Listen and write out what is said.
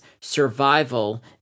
survival